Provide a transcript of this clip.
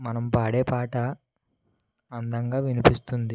మనం పాడే పాట అందంగా వినిపిస్తుంది